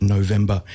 November